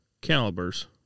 calibers